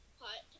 hot